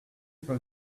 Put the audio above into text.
for